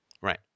Right